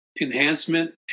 enhancement